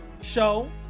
show